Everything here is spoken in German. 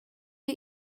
wir